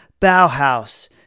Bauhaus